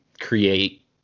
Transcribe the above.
create